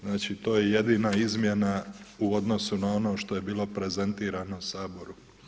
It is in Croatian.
Znači, to je jedina izmjena u odnosu na ono što je bilo prezentirano Saboru.